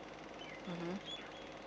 mmhmm